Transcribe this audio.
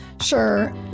Sure